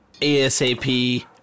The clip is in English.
ASAP